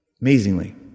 Amazingly